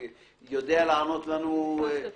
זה נכנס לתוקף?